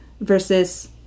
versus